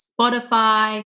Spotify